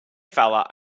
feller